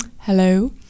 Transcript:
Hello